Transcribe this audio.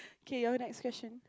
okay your next question